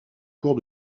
cours